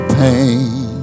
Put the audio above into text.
pain